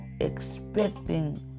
expecting